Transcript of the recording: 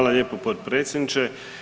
lijepo potpredsjedniče.